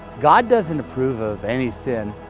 god doesn't approve of any sin.